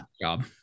job